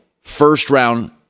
first-round